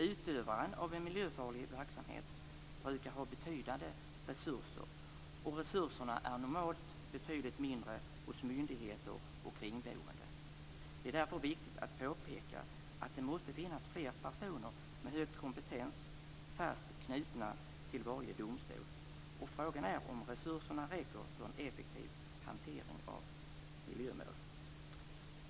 Utövaren av en miljöfarlig verksamhet brukar ha betydande resurser, och resurserna är normalt betydligt mindre hos myndigheter och kringboende. Det är därför viktigt att påpeka att det måste finnas fler personer med hög kompetens fast knutna till varje domstol. Frågan är om resurserna räcker för en effektiv hantering av miljömål.